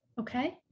okay